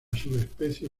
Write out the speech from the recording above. subespecie